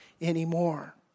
anymore